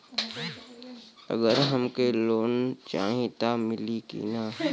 अगर हमके लोन चाही त मिली की ना?